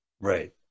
Right